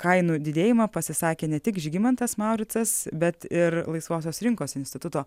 kainų didėjimą pasisakė ne tik žygimantas mauricas bet ir laisvosios rinkos instituto